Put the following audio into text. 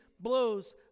blows